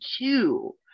two